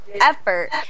effort